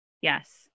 Yes